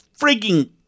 freaking